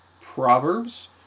Proverbs